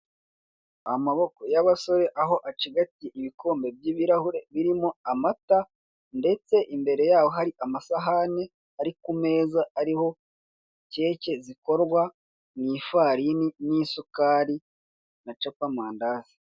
Amaboko y'abasore aho acigatiye ibikombe by'ibirahure birimo amata ndetse imbere yaho hari amasahani ari ku meza ariho keke zikorwa mu ifarini n'isukari na capamandazi.